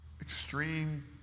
extreme